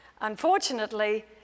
Unfortunately